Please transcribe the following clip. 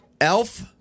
Elf